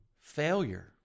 failure